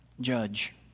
Judge